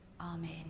amen